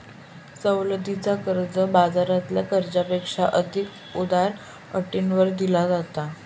सवलतीचा कर्ज, बाजारातल्या कर्जापेक्षा अधिक उदार अटींवर दिला जाता